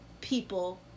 people